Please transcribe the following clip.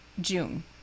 June